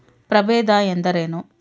ಪ್ರಭೇದ ಎಂದರೇನು?